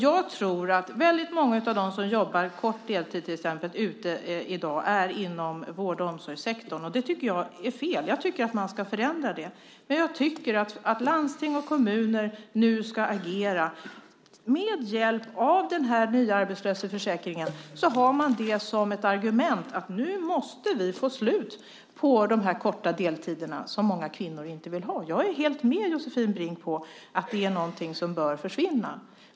Jag tror att många av dem som jobbar till exempel kort deltid i dag finns i vård och omsorgssektorn, och det tycker jag är fel. Jag tycker att man ska förändra det. Men jag tycker att det är landsting och kommuner som nu ska agera. Den nya arbetslöshetsförsäkringen fungerar som ett argument för att vi nu måste få slut på de här korta deltiderna som många kvinnor inte vill ha. Jag är helt med Josefin Brink på att det är något som bör försvinna.